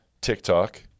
TikTok